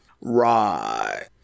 Right